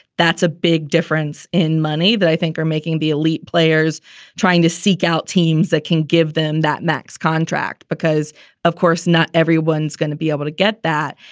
that's a big difference in money that i think are making the elite players trying to seek out teams that can give them that max contract because of course, not everyone's gonna be able to get that.